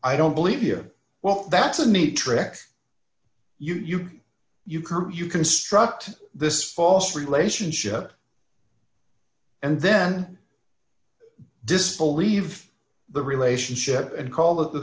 i don't believe you well that's a neat trick you you can't you construct this false relationship and then disbelieve the relationship and call